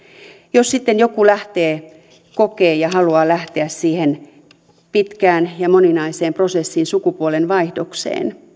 jos sitten joku kokee ja haluaa lähteä siihen pitkään ja moninaiseen prosessiin sukupuolenvaihdokseen